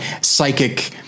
psychic